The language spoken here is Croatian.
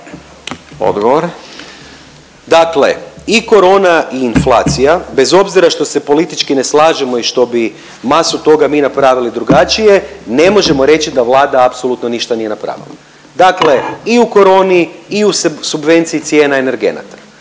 (SDP)** Dakle, i korona i inflacija bez obzira što se politički ne slažemo i što bi masu toga mi napravili drugačije ne možemo reći da vlada apsolutno ništa nije napravila, dakle i u koroni i u subvenciji cijena energenata.